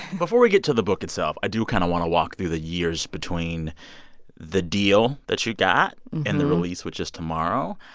before we get to the book itself, i do kind of want to walk through the years between the deal that you got and the release, which is tomorrow.